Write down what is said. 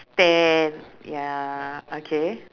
stand ya okay